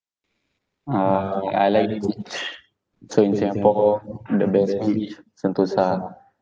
uh I like beach so in singapore the best beach sentosa